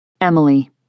Emily